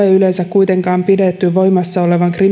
kuitenkaan pidetty voimassa